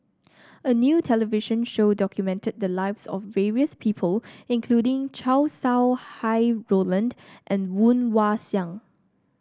a new television show documented the lives of various people including Chow Sau Hai Roland and Woon Wah Siang